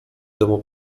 domu